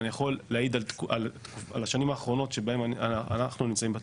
אני יכול להעיד על השנים האחרונות שבהם אנחנו נמצאים בתפקיד,